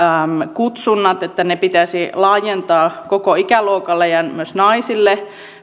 kutsunnat pitäisi laajentaa koko ikäluokalle ja myös naisille